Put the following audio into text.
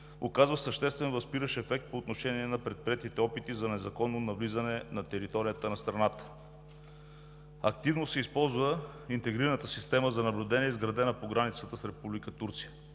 оказва съществен възпиращ ефект по отношение на предприетите опити за незаконно навлизане на територията на страната; активно се използва интегрираната система за наблюдение, изградена по границата с Република